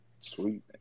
Sweet